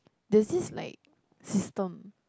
there's this like system